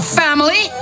family